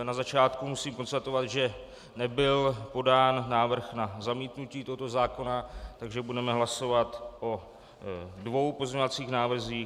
Na začátku musím konstatovat, že nebyl podán návrh na zamítnutí tohoto zákona, takže budeme hlasovat o dvou pozměňovacích návrzích.